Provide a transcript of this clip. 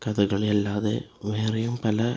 കഥകളി അല്ലാതെ വേറെയും പല